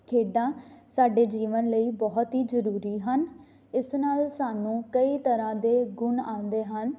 ਖੇਡਾਂ ਸਾਡੇ ਜੀਵਨ ਲਈ ਬਹੁਤ ਹੀ ਜ਼ਰੂਰੀ ਹਨ ਇਸ ਨਾਲ ਸਾਨੂੰ ਕਈ ਤਰ੍ਹਾਂ ਦੇ ਗੁਣ ਆਉਂਦੇ ਹਨ